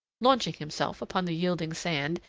launching himself upon the yielding sand,